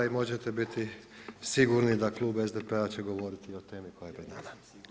I možete biti sigurni da klub SDP-a će govoriti o temi koja je pred nama.